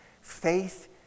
Faith